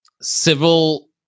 civil